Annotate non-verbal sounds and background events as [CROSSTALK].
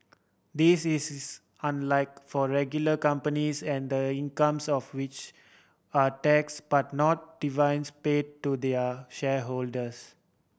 this is [UNINTELLIGIBLE] unlike for regular companies and the incomes of which are tax but not dividends pay to their shareholders